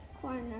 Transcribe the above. corner